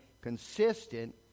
consistent